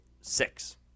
six